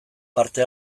parte